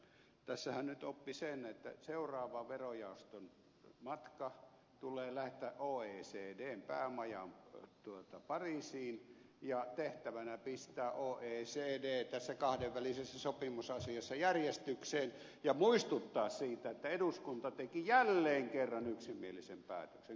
tässähän nyt oppi sen että seuraava verojaoston matka tulee tehdä oecdn päämajaan pariisiin ja tehtävänä on pistää oecd tässä kahdenvälisessä sopimusasiassa järjestykseen ja muistuttaa siitä että eduskunta teki jälleen kerran yksimielisen päätöksen